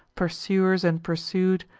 pursuers and pursued,